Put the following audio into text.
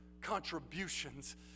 contributions